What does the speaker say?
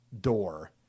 door